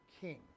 king